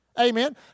Amen